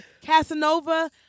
Casanova